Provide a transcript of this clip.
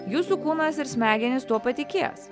jūsų kūnas ir smegenys tuo patikės